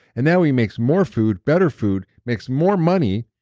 and now he makes more food, better food, makes more money,